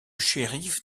shérif